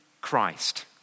Christ